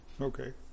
okay